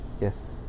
Yes